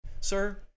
sir